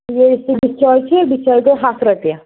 بیٚیہِ یۄس یہِ بِچٲے چھ یہِ بِچٲے گٔیے ہَتھ رۄپیہِ